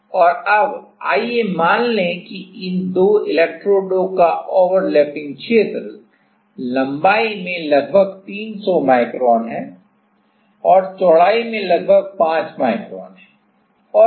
और अब आइए मान लें कि इन दो इलेक्ट्रोडों का ओवरलैपिंग क्षेत्र लंबाई में लगभग 300 माइक्रोन है और चौड़ाई लगभग 5 माइक्रोन है ठीक है